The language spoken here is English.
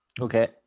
Okay